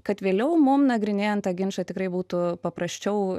kad vėliau mum nagrinėjant tą ginčą tikrai būtų paprasčiau